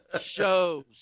shows